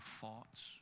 thoughts